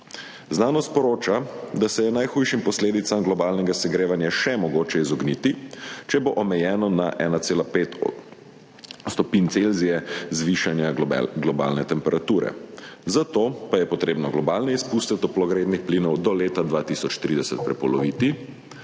Znanost sporoča, da se je najhujšim posledicam globalnega segrevanja še mogoče izogniti, če bo omejeno na 1,5 stopinje Celzija zvišanja globalne temperature, zato pa je treba globalne izpuste toplogrednih plinov do leta 2030 prepoloviti,